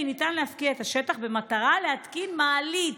ניתן להפקיע את השטח במטרה להתקין מעלית.